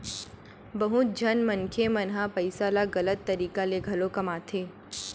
बहुत झन मनखे मन ह पइसा ल गलत तरीका ले घलो कमाथे